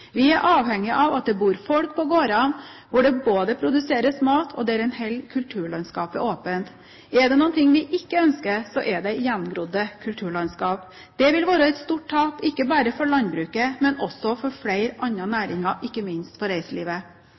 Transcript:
Vi er avhengige av at det bor folk på gårder hvor det både produseres mat og der en holder kulturlandskapet åpent. Er det noe vi ikke ønsker, er det gjengrodde kulturlandskap. Det ville være et stort tap ikke bare for landbruket, men også for flere andre næringer – ikke minst for reiselivet.